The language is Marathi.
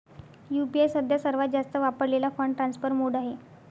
यू.पी.आय सध्या सर्वात जास्त वापरलेला फंड ट्रान्सफर मोड आहे